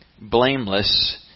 blameless